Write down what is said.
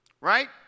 right